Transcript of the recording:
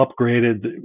upgraded